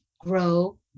grow